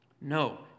No